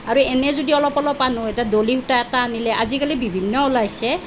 আৰু এনেই যদি অলপ অলপ আনো এতিয়া ডলি সূতা এটা আনিলে আজিকালি বিভিন্ন ওলাইছে